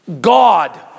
God